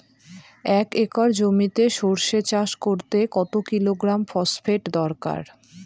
এক একর জমিতে সরষে চাষ করতে কত কিলোগ্রাম ফসফেট দরকার?